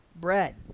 bread